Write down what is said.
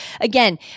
again